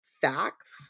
facts